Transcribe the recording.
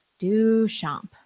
Duchamp